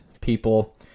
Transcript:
people